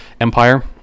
empire